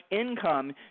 income